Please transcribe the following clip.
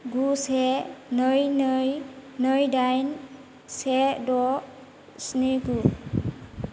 गु से नै नै नै दाइन से द' स्नि गु